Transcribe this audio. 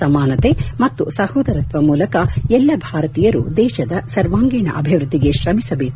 ಸಮಾನತೆ ಮತ್ತು ಸಹೋದರತ್ವ ಮೂಲಕ ಎಲ್ಲ ಭಾರತೀಯರೂ ದೇಶದ ಸರ್ವಾಂಗೀಣ ಅಭಿವೃದ್ಧಿಗೆ ಶ್ರಮಿಸಬೇಕು ಎಂದು ಹೇಳಿದರು